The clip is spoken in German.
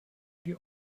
die